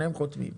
שניהם חותמים.